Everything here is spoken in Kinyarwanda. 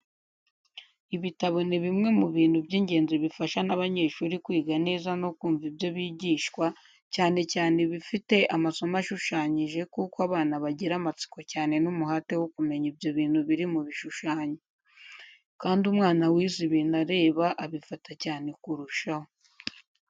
Ibitabo ni bimwe mu bintu by'ingenzi bifasha n'abanyeshuri kwiga neza no kumva ibyo bigishwa cyane cyane ibifite amasomo ashushanyije kuko abana bagira amatsiko cyane n'umuhate wo kumenya ibyo bintu biri mu bishushanyo. Kandi umwana wize ibintu areba abifata cyane kurushaho.